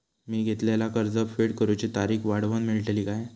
मी घेतलाला कर्ज फेड करूची तारिक वाढवन मेलतली काय?